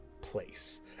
place